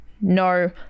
No